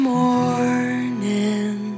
morning